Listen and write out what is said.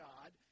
God